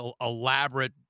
elaborate